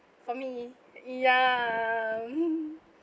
for me ya